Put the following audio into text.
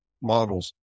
models